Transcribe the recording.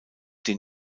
den